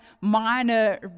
minor